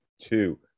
two